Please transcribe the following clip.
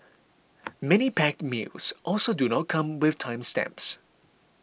many packed meals also do not come with time stamps